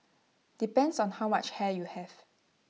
depends on how much hair you have